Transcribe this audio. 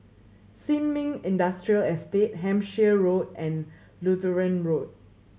Sin Ming Industrial Estate Hampshire Road and Lutheran Road